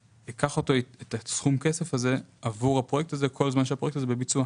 אקח את סכום הכסף הזה עבור הפרויקט הזה כל זמן שהפרויקט הזה בביצוע.